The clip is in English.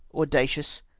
audacious,